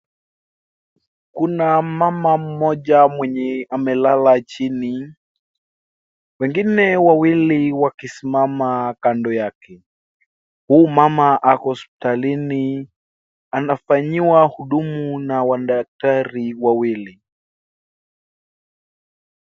Kuna mama mmoja mwenye amelala chini. Wengine wawili wakisimama kando yake. Huu mama ako hospitalini anafanyiwa huduma na wadaktari wawili.